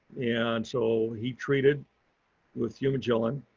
and so he treated with fumagillin.